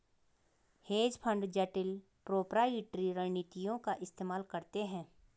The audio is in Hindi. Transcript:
हेज फंड जटिल प्रोपराइटरी रणनीतियों का इस्तेमाल करते हैं